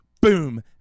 boom